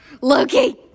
Loki